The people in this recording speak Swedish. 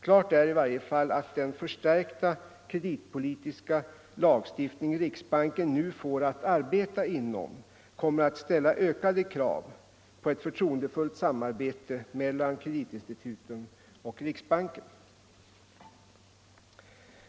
Klart är i varje fall att den förstärkta kreditpolitiska lagstiftning som riksbanken nu får att arbeta inom kommer att ställa ökade krav på ett förtroendefullt samarbete mellan kreditinstituten och riksbanken.